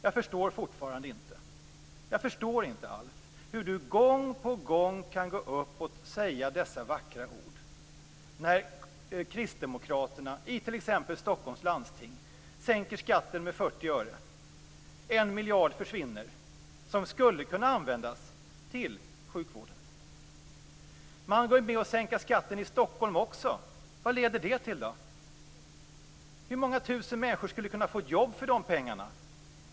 Jag förstår fortfarande inte hur Alf Svensson gång på gång kan säga dessa vackra ord i talarstolen, när kristdemokraterna i Stockholms landsting sänker skatten med 40 öre. En miljard försvinner, som skulle kunna användas till sjukvården. Man går med på att sänka skatten i Stockholm också. Vad leder det till? Hur många tusen människor skulle kunna få jobb för de pengarna?